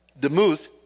demuth